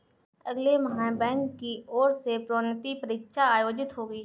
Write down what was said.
अगले माह बैंक की ओर से प्रोन्नति परीक्षा आयोजित होगी